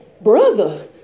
brother